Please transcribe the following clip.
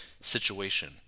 situation